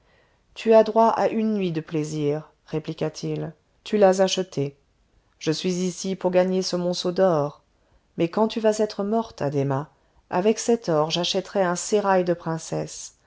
tu as droit à une nuit de plaisir répliqua-t-il tu l'as achetée je suis ici pour gagner ce monceau d'or mais quand tu vas être morte addhéma avec cet or j'achèterai un sérail de princesses